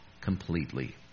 completely